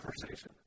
conversation